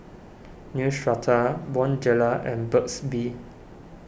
Neostrata Bonjela and Burt's Bee